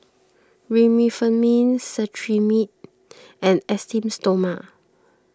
Remifemin Cetrimide and Esteem Stoma